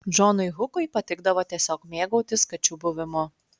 džonui hukui patikdavo tiesiog mėgautis kačių buvimu